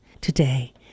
today